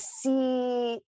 see